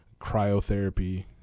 cryotherapy